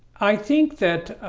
i think that